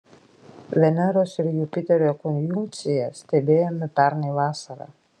veneros ir jupiterio konjunkciją stebėjome pernai vasarą